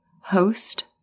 host